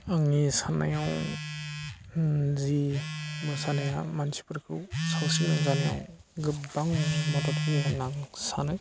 आंनि साननायाव ओ जि मोसानाया मानसिफोरखौ सावस्रि मोजां जानायाव गोबां मदद होयो होनना आं सानो